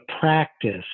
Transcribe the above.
practice